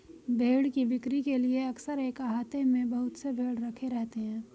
भेंड़ की बिक्री के लिए अक्सर एक आहते में बहुत से भेंड़ रखे रहते हैं